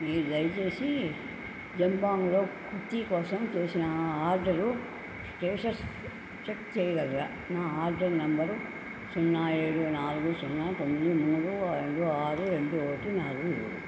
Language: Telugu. మీరు దయచేసి జబాంగ్లో కుర్తీ కోసం చేసిన నా ఆర్డరు స్టేటస్ చెక్ చెయ్యగలరా నా ఆర్డర్ నంబరు సున్నా ఏడు నాలుగు సున్నా తొమ్మిది మూడు రెండు ఆరు రెండు ఒకటి నాలుగు ఏడు